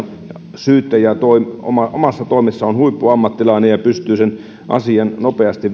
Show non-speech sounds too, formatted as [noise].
syyttäjä omassa toimessaan on huippuammattilainen ja pystyy asian syytteen nopeasti [unintelligible]